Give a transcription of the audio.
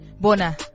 bona